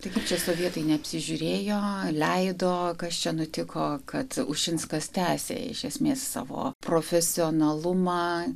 tai kaip čia sovietai neapsižiūrėjo leido kas čia nutiko kad ušinskas tęsė iš esmės savo profesionalumą